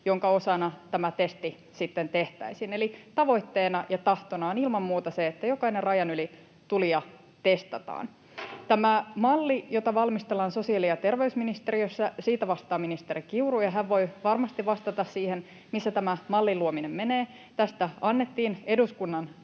jonka osana tämä testi sitten tehtäisiin. Eli tavoitteena ja tahtona on ilman muuta se, että jokainen rajan yli tulija testataan. Tästä mallista, jota valmistellaan sosiaali- ja terveysministeriössä, vastaa ministeri Kiuru, ja hän voi varmasti vastata siihen, missä tämä mallin luominen menee. Tästä annettiin eduskunnan